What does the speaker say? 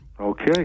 Okay